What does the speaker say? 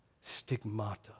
stigmata